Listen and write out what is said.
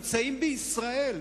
נמצאים בישראל.